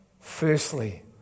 firstly